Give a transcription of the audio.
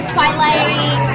Twilight